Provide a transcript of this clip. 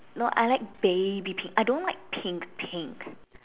no I like baby pink I don't like pink pink